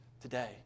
today